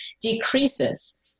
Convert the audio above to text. decreases